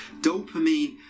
Dopamine